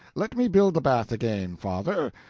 let me build the bath again, father.